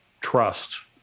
trust